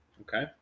Okay